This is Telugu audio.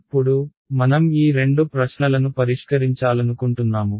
ఇప్పుడు మనం ఈ రెండు ప్రశ్నలను పరిష్కరించాలనుకుంటున్నాము